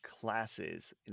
classes